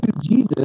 Jesus